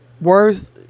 worth